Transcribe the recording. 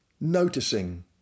noticing